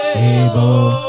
able